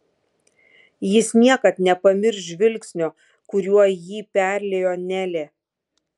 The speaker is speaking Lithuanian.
jis niekad nepamirš žvilgsnio kuriuo jį perliejo nelė